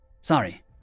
Sorry